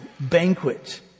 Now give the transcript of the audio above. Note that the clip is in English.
banquet